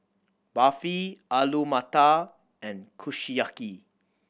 Barfi Alu Matar and Kushiyaki